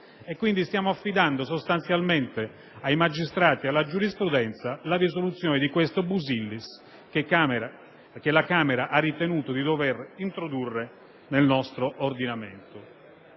e quindi stiamo affidando sostanzialmente ai magistrati e alla giurisprudenza la risoluzione di questo busillis che la Camera ha ritenuto di dover introdurre nel nostro ordinamento.